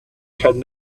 can